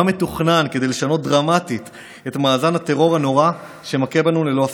מה מתוכנן כדי לשנות דרמטית את מאזן הטרור הנורא שמכה בנו ללא הפסקה.